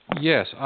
Yes